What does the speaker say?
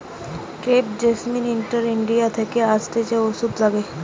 crepe jasmine East India থাকে আসতিছে ওষুধে লাগে